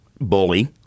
bully